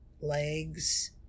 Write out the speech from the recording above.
legs